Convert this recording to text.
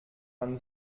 man